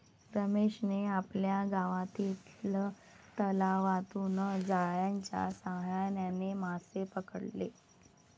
रमेशने आपल्या गावातील तलावातून जाळ्याच्या साहाय्याने मासे पकडले